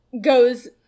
goes